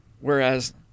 Whereas